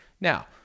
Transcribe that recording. Now